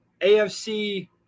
afc